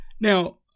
now